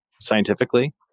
scientifically